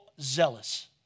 zealous